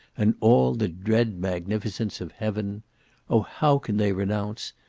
and all the dread magnificence of heaven oh! how can they renounce,